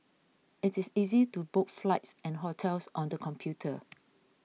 it is easy to book flights and hotels on the computer